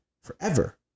forever